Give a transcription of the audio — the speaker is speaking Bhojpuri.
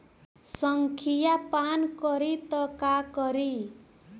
संखिया पान करी त का करी?